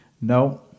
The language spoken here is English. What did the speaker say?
No